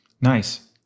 Nice